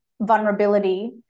vulnerability